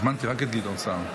הזמנתי רק את גדעון סער.